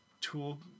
tool